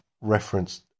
referenced